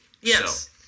Yes